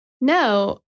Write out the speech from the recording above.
No